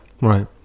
Right